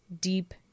deep